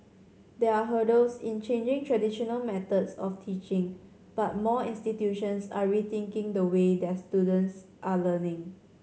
there are hurdles in changing traditional methods of teaching but more institutions are rethinking the way their students are learning